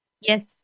yes